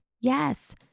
Yes